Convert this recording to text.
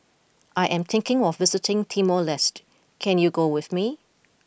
I am thinking of visiting Timor Leste can you go with me